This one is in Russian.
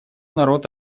народ